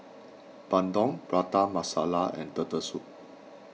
Bandung Prata Masala and Turtle Soup